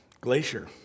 Glacier